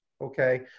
Okay